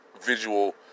visual